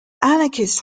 anarchists